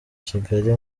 kigali